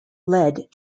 led